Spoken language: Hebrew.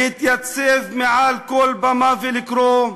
להתייצב מעל כל במה ולקרוא: